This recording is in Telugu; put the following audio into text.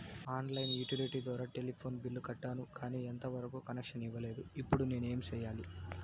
ఆన్ లైను యుటిలిటీ ద్వారా టెలిఫోన్ బిల్లు కట్టాను, కానీ ఎంత వరకు కనెక్షన్ ఇవ్వలేదు, ఇప్పుడు నేను ఏమి సెయ్యాలి?